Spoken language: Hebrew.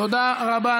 תודה רבה.